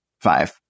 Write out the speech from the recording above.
five